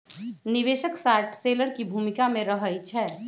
निवेशक short seller की भूमिका में रहइ छै